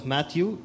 Matthew